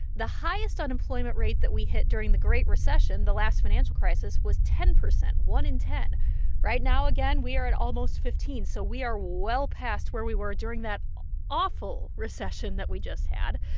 the highest unemployment rate that we hit during the great recession, the last financial crisis, was ten percent, one in ten point right now, again we are at almost fifteen, so we are well past where we were during that awful recession that we just had.